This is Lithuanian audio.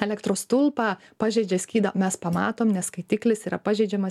elektros stulpą pažeidžia skydą mes pamatom nes skaitiklis yra pažeidžiamas